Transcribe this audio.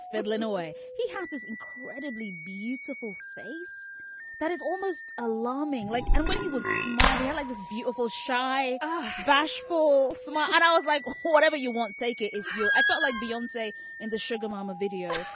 hospital in a way. he has this incredibly beautiful face that is almost alarming like and when he would smile he had yeah like this beautiful shy bashful smile and i was like whatever you want take it is you. i felt like beyond say in the sugar mama video.